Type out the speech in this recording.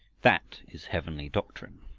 that is heavenly doctrine.